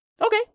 Okay